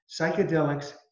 psychedelics